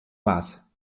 massa